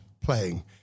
playing